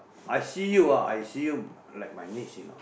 I see you ah I see you like my niece you know